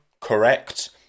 correct